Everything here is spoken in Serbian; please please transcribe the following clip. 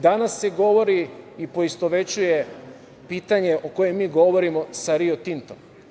Danas se govori i poistovećuje pitanje o kojem mi govorimo sa Rio Tintom.